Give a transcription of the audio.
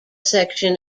section